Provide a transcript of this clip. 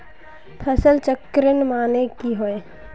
फसल चक्रण माने की होय?